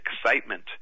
excitement